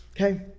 okay